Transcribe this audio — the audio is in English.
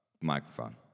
microphone